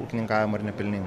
ūkininkavimo ar nepilningai